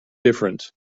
different